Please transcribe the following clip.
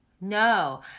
No